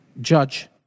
judge